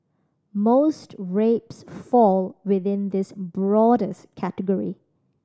most rapes fall within this broadest category